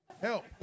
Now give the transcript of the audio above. Help